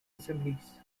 assemblies